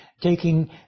taking